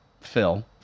Phil